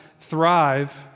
thrive